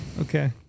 Okay